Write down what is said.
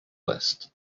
list